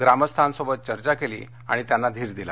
ग्रामस्थांसोबत चर्चा केली आणि त्यांना धीर दिला